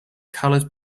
colored